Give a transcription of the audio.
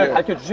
i had